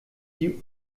die